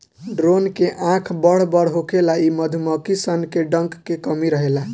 drone के आँख बड़ बड़ होखेला इ मधुमक्खी सन में डंक के कमी रहेला